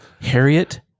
Harriet